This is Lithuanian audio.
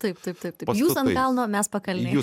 taip taip taip taip jūs ant kalno mes pakalnėj